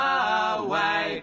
away